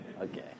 Okay